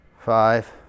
five